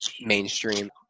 mainstream